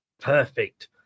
Perfect